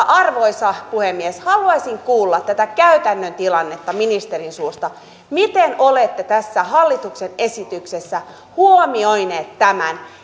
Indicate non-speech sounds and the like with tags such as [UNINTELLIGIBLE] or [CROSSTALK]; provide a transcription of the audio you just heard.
[UNINTELLIGIBLE] arvoisa puhemies haluaisin kuulla tästä käytännön tilanteesta ministerin suusta miten olette tässä hallituksen esityksessä huomioineet tämän